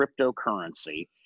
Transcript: cryptocurrency